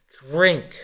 drink